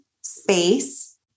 space